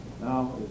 now